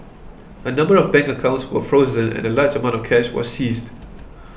a number of bank accounts were frozen and a large amount of cash was seized